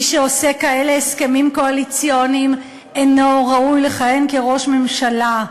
מי שעושה כאלה הסכמים קואליציוניים אינו ראוי לכהן כראש ממשלה.